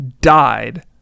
died